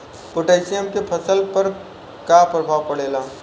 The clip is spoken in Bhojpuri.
पोटेशियम के फसल पर का प्रभाव पड़ेला?